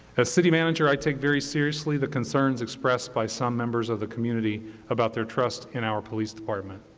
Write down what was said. as city manager, i take very seriously the concerns expressed by some members of the community about their trust in our police department.